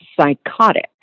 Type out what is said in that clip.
psychotic